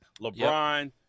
LeBron